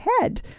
head